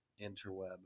interweb